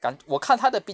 ga~ 我看它的 pi~